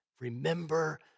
Remember